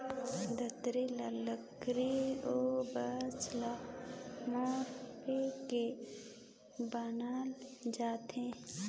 दँतरी ल लकरी अउ बांस ल मेराए के बनाल जाथे